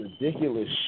ridiculous